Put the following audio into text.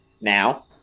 Now